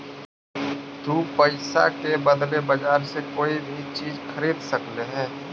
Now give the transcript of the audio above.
तु पईसा के बदले बजार से कोई भी चीज खरीद सकले हें